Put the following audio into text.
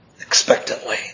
expectantly